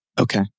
Okay